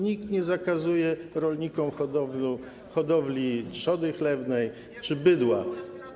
Nikt nie zakazuje rolnikom hodowli trzody chlewnej czy bydła.